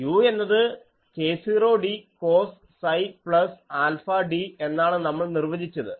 u എന്നത് k0d cos psi plus alpha d എന്നാണ് നമ്മൾ നിർവചിച്ചത്